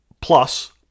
Plus